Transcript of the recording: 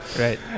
Right